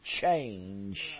change